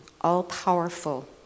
all-powerful